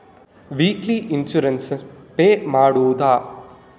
Weekly insurance pay ಮಾಡುವುದ?